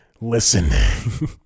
Listen